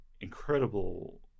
incredible